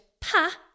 Pa